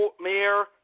Mayor